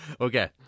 okay